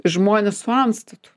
žmonės su antstatu